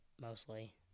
mostly